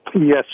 Yes